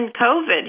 COVID